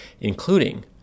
including